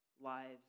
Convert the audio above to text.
lives